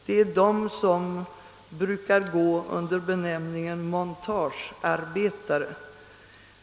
Dessa personer brukar gå under benämningen montagearbetare.